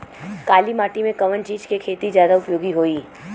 काली माटी में कवन चीज़ के खेती ज्यादा उपयोगी होयी?